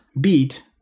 beat